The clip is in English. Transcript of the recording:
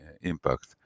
impact